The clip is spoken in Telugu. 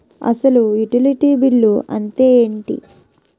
అసలు యుటిలిటీ బిల్లు అంతే ఎంటి?